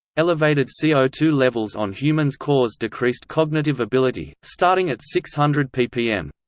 elevated c o two levels on humans cause decreased cognitive ability, starting at six hundred ppm.